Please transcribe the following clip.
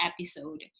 episode